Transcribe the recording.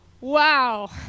Wow